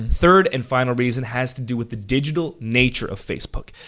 third, and final reason, has to do with the digital nature of facebook.